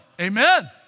Amen